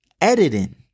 Editing